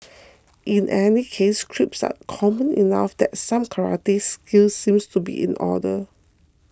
in any case creeps are common enough that some karate skills seem to be in order